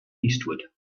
eastward